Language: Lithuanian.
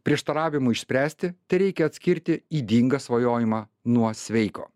prieštaravimui išspręsti tereikia atskirti ydingą svajojimą nuo sveiko